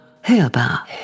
hörbar